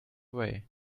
way